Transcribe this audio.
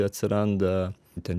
atsiranda ten